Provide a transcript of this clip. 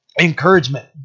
encouragement